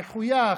מחויך,